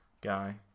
guy